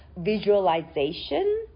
visualization